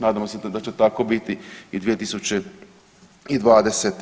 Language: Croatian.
Nadamo se da će tako biti i u 2022.